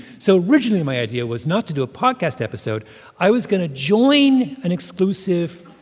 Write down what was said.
so originally, my idea was not to do a podcast episode i was going to join an exclusive,